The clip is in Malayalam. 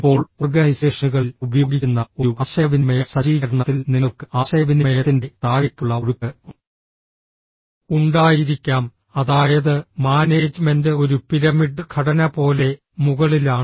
ഇപ്പോൾ ഓർഗനൈസേഷനുകളിൽ ഉപയോഗിക്കുന്ന ഒരു ആശയവിനിമയ സജ്ജീകരണത്തിൽ നിങ്ങൾക്ക് ആശയവിനിമയത്തിന്റെ താഴേക്കുള്ള ഒഴുക്ക് ഉണ്ടായിരിക്കാം അതായത് മാനേജ്മെന്റ് ഒരു പിരമിഡ് ഘടന പോലെ മുകളിലാണ്